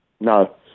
No